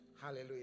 Hallelujah